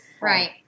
right